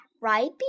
Right